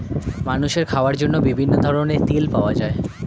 মানুষের খাওয়ার জন্য বিভিন্ন ধরনের তেল পাওয়া যায়